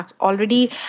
already